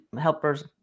helpers